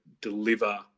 deliver